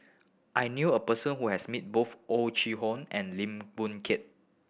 I knew a person who has met both Oh Chai Hoo and Lim Boon Keng